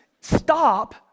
stop